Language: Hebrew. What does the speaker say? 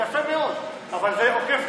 זה יפה מאוד, אבל זה עוקף תכנון.